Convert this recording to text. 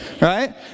right